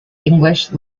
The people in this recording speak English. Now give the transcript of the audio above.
english